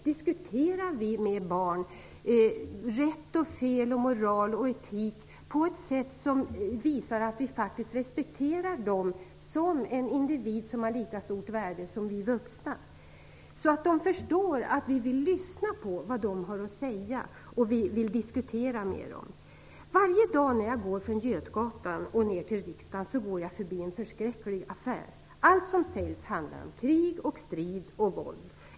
Diskuterar vi rätt och fel och moral och etik med barnen på ett sätt som visar att vi faktiskt respekterar dem som individer med lika stort värde som vuxna? Gör vi det på ett sådant sätt att de förstår att vi vill lyssna på vad de har att säga och diskutera med dem? Varje dag när jag går från Götgatan ner till riksdagen går jag förbi en förskräcklig affär. Allt som säljs handlar om krig och strid och våld.